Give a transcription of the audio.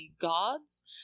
gods